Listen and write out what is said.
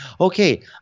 Okay